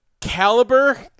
caliber